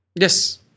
Yes